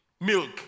milk